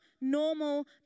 normal